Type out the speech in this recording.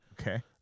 Okay